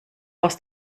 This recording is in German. aus